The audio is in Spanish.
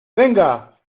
venga